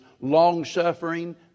long-suffering